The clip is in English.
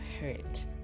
hurt